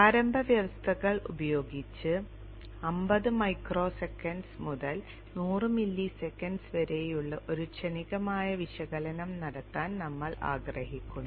പ്രാരംഭ വ്യവസ്ഥകൾ ഉപയോഗിച്ച് 50 മൈക്രോസെക്കൻഡ് മുതൽ 100 മില്ലിസെക്കൻഡ് വരെയുള്ള ഒരു ക്ഷണികമായ വിശകലനം നടത്താൻ നമ്മൾ ആഗ്രഹിക്കുന്നു